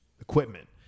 equipment